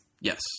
Yes